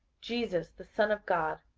jesus the son of god,